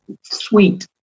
Sweet